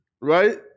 right